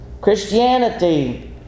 Christianity